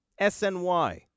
SNY